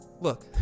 look